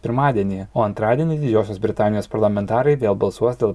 pirmadienį o antradienį didžiosios britanijos parlamentarai vėl balsuos dėl